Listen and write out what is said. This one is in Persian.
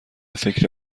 فکر